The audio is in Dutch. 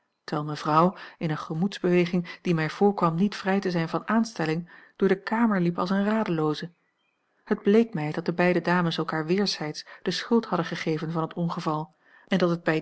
terwijl mevrouw in eene gemoedsbeweging die mij voorkwam niet vrij te zijn van aanstelling door de kamer liep als eene radelooze het bleek mij dat de beide dames elkaar weerszijds de schuld hadden gegeven van het ongeval en dat het